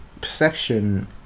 perception